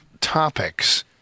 topics